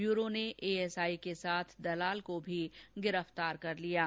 bureau ने ASI के साथ दलाल को भी गिरफतार किया है